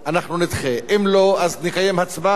אנחנו נדחה, אם לא, נקיים הצבעה.